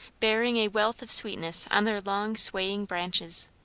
bearing a wealth of sweetness on their long, swaying branches.